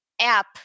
app